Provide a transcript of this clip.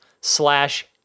slash